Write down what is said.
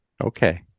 Okay